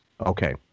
Okay